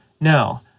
no